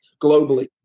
globally